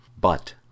But